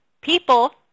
People